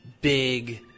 big